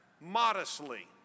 modestly